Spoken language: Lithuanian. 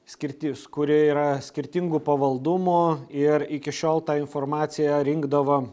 skirtis kuri yra skirtingo pavaldumo ir iki šiol ta informaciją rinkdavo